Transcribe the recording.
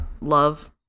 love